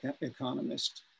economist